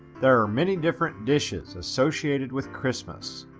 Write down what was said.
there are many different dishes associated with christmas.